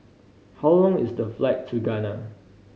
how long is the flight to Ghana